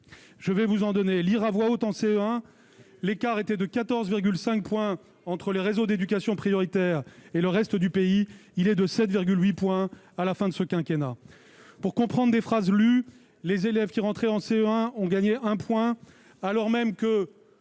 je vais vous en donner, lire à voix haute en CE1, l'écart était de 14,5 points entre les réseaux d'éducation prioritaire et le reste du pays, il est de 7 8 points à la fin de ce quinquennat pour comprendre des phrases lues les élèves qui rentrer en CE1 ont gagné 1, alors même que